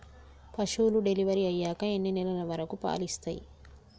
పశువులు డెలివరీ అయ్యాక ఎన్ని నెలల వరకు పాలు ఇస్తాయి?